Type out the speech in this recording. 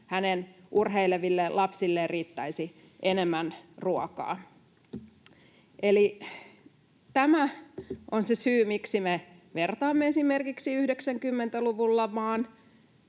hänen urheileville lapsilleen riittäisi enemmän ruokaa. Eli tämä on se syy, miksi me vertaamme esimerkiksi 90-luvun lamaan.